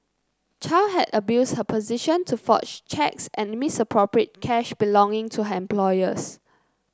Chow had abused her position to forge cheques and misappropriate cash belonging to her employers